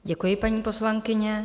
Děkuji, paní poslankyně.